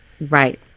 Right